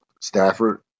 stafford